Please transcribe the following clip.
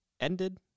ended